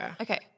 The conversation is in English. okay